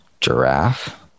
Giraffe